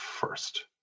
first